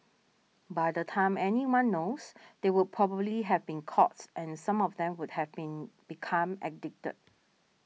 by the time anyone knows they would probably have been caughts and some of them would have been become addicted